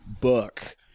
book